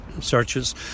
searches